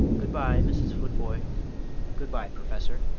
good-bye, mrs. futvoye good-bye, professor.